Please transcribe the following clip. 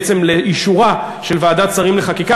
בעצם לאישורה של ועדת שרים לחקיקה.